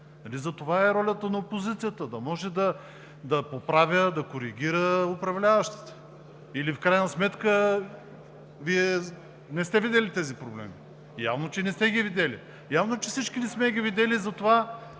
за това е ролята на опозицията – да може да поправя, да коригира управляващите? Или, в крайна сметка, Вие не сте видели тези проблеми. Явно, че не сте ги видели. Явно, че всички не сме ги видели, затова